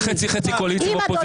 בוא תעשה חצי-חצי קואליציה ואופוזיציה,